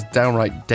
downright